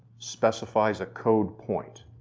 specifies a code point.